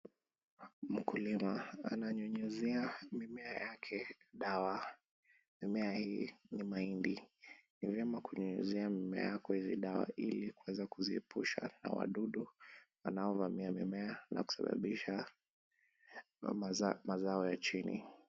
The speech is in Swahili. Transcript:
Mkulima ananyunyizia mimea yake dawa. Mimea hii ni mahindi, ni vyema kunyunyizia mimea yako hivi dawa ilikuweza kuziepusha na wadudu wanaovamia mimea na kusababisha mazao ya chini.